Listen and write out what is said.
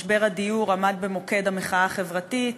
משבר הדיור עמד במוקד המחאה החברתית